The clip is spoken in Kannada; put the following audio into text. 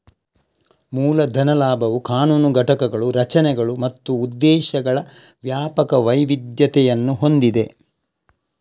ಮೂಲ ಧನ ಲಾಭವು ಕಾನೂನು ಘಟಕಗಳು, ರಚನೆಗಳು ಮತ್ತು ಉದ್ದೇಶಗಳ ವ್ಯಾಪಕ ವೈವಿಧ್ಯತೆಯನ್ನು ಹೊಂದಿದೆ